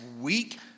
week